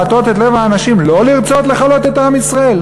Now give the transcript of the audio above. להטות את לב האנשים לא לרצות לכלות את עם ישראל?